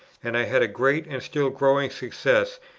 and i had a great and still growing success,